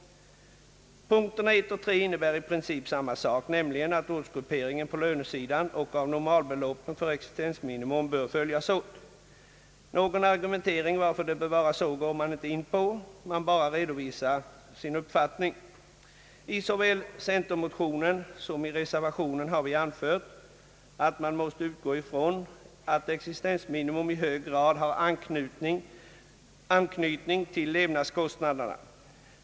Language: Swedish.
Punkterna 1 och 3 innebär i princip samma sak, nämligen att ortsgrupperingen på lönesidan och av normalbeloppen för existensminimum bör följas åt. Någon argumentering för varför det bör vara så går man inte in på. Man bara redovisar en uppfattning. I såväl centermotionen som i reservationen har vi anfört att man måste utgå ifrån att existensminimum i hög grad har anknytning till levnadskostnaderna.